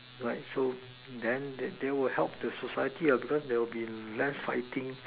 right so then they will help the society ah because there will be less fighting